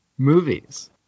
Movies